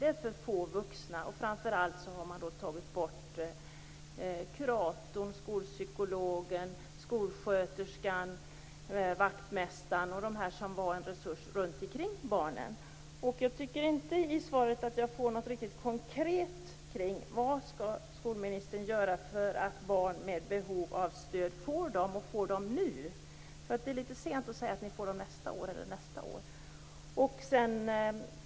Det är för få vuxna, och framför allt har man tagit bort kuratorn, skolpsykologen, skolsköterskan, vaktmästaren och de som var en resurs runtomkring barnen. Jag tycker inte att jag i interpellationssvaret får något riktigt konkret svar. Vad skall skolministern göra för att barn med behov av stöd får det och får det nu? Det är litet sent att säga att de får det nästa år eller året därpå.